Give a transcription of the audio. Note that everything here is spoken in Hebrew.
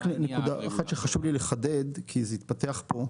נקודה אחת שחשוב לי לחדד, כי זה התפתח פה: